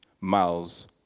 miles